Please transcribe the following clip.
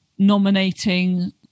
Nominating